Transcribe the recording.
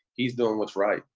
he's doing what's right,